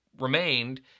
remained